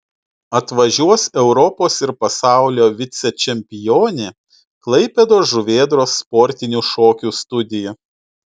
atvažiuos europos ir pasaulio vicečempionė klaipėdos žuvėdros sportinių šokių studija